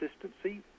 consistency